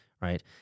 right